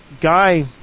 guy